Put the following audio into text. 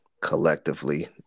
collectively